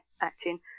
acting